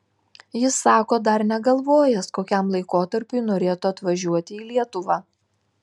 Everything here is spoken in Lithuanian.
jis sako dar negalvojęs kokiam laikotarpiui norėtų atvažiuoti į lietuvą